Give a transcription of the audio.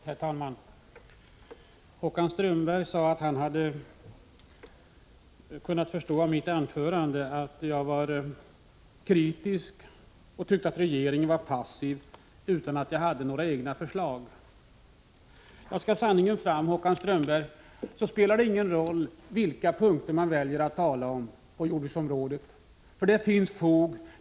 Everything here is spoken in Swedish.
Herr talman! Håkan Strömberg sade att han hade kunnat förstå av mitt anförande att jag var kritisk och tyckte att regeringen var passiv, men han menade att jag inte framförde några egna förslag. Skall sanningen fram, Håkan Strömberg, spelar det ingen roll vilka punkter på jordbruksområdet som vi väljer att tala om.